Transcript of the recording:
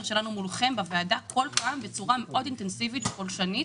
שלנו מולכם בוועדה כל פעם בצורה מאוד אינטנסיבית ופולשנית,